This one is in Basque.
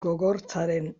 gogortzaren